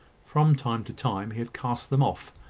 from time to time, he had cast them off,